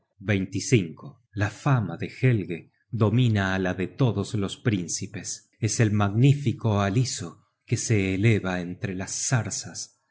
montaña la fama de helge domina á la de todos los príncipes es el magnifico aliso que se eleva entre las zarzas